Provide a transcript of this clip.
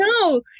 no